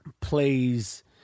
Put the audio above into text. plays